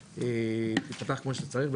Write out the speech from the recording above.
תיפתח כמו שצריך,